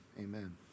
amen